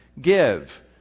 give